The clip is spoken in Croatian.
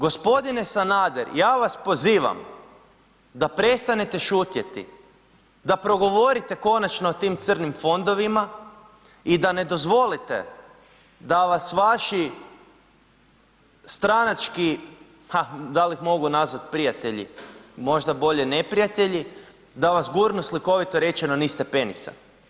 Gospodine Sanader, ja vas pozivam da prestanete šutjeti, da progovorite konačno o tim crnim fondovima i da ne dozvolite da vas vaši stranački ha, da li ih mogu nazvati prijatelji, možda bolje neprijatelji, da vas gurnu, slikovito rečeno, niz stepenica.